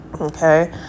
Okay